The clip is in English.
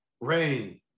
rain